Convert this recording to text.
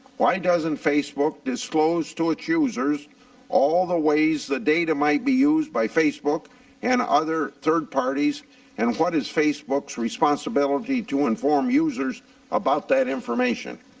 why doesn't facebook disclose to its users all of the ways that data might be used by facebook and other third parties and what is facebook's responsibility to inform users about that information?